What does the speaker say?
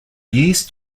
used